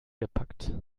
gepackt